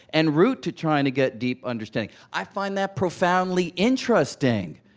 and root to trying to get deep understanding. i find that profoundly interesting.